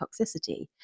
toxicity